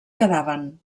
quedaven